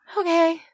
Okay